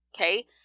Okay